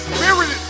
Spirit